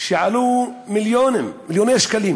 שעלו מיליונים, מיליוני שקלים